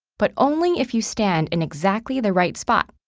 but only if you stand in exactly the right spot.